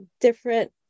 Different